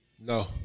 No